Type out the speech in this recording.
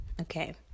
okay